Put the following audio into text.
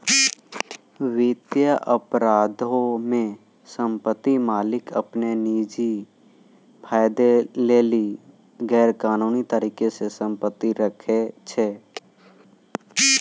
वित्तीय अपराधो मे सम्पति मालिक अपनो निजी फायदा लेली गैरकानूनी तरिका से सम्पति राखै छै